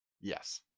Yes